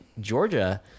Georgia